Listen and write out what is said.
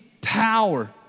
power